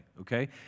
okay